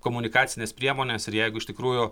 komunikacinės priemonės ir jeigu iš tikrųjų